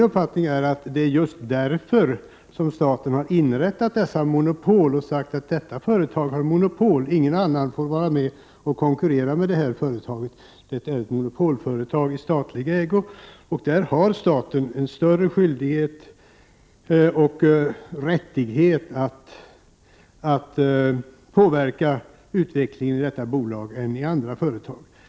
Det är just därför som staten har inrättat dessa monopol och uttalat att ingen annan får vara med och konkurrera med sådana företag. När det gäller ett monopolföretag i statlig ägo har staten en större skyldighet och rättighet att påverka utvecklingen i detta bolag än vad den har i andra bolag.